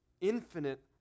infinite